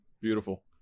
Beautiful